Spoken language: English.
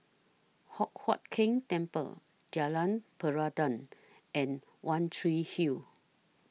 Hock Huat Keng Temple Jalan Peradun and one Tree Hill